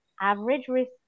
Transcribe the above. average-risk